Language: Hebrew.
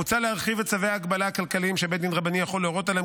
מוצע להרחיב את צווי ההגבלה הכלכליים שבית דין רבני יכול להורות עליהם,